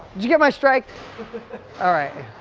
you get my strike all right,